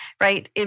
right